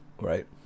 right